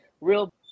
real